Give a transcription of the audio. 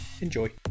enjoy